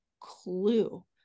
clue